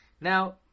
Now